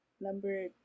number